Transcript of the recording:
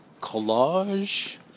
collage